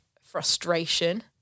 frustration